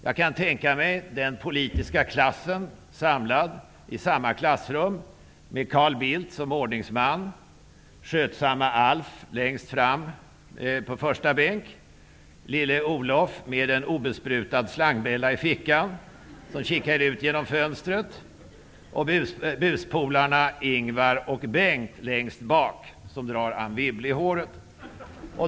Jag kan tänka mig den politiska klassen samlad i ett klassrum, med Carl Bildt som ordningsman, skötsamme Alf längst fram på första bänk, lille Olof med en obesprutad slangbella i fickan som kikar ut genom fönstret, och buspolarna Ingvar och Bengt längst bak som drar Anne Wibble i håret.